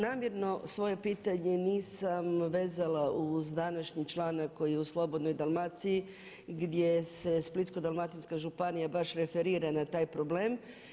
Namjerno svoje pitanje nisam vezala uz današnji članak koji je u Slobodnoj Dalmaciji, gdje se Splitsko-dalmatinska županija baš referira na taj problem.